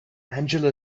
angela